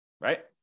right